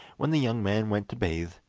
when the young man went to bathe,